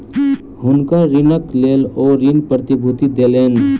हुनकर ऋणक लेल ओ ऋण प्रतिभूति देलैन